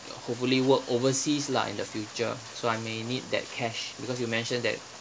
hopefully work overseas lah in the future so I may need that cash because you mentioned that